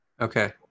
Okay